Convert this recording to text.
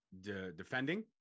defending